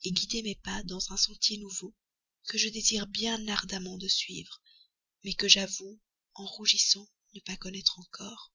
faiblesse guider mes pas dans un sentier nouveau que je désire bien sincèrement de suivre mais que j'avoue en rougissant ne pas connaître encore